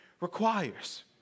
requires